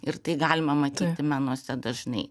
ir tai galima matyti menuose dažnai